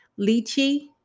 lychee